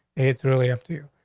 it's really up to you.